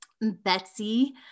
Betsy